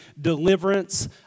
deliverance